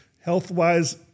health-wise